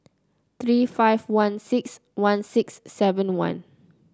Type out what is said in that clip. three five one six one six seven one